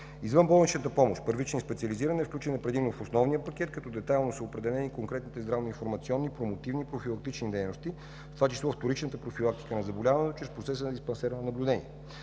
Извънболничната помощ – първична и специализирана, е включена предимно в основния пакет, като детайлно са определени конкретните здравно-информационни, промотивни и профилактични дейности, в това число вторичната профилактика на заболяванията чрез процеса на диспансерно наблюдение,